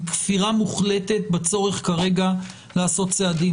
כפירה מוחלטת בצורך כרגע לעשות צעדים.